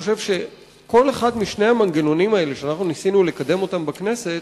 כל אחד משני המנגנונים האלה שאנחנו ניסינו לקדם בכנסת